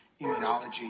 immunology